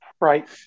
Right